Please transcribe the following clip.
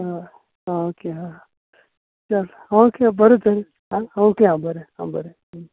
हय आं ओके हां चल ओके बरें तर आं ओके आं बरें आं बरें